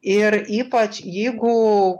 ir ypač jeigu